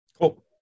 Cool